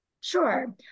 Sure